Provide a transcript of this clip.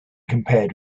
compared